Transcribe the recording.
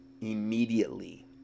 immediately